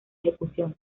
ejecución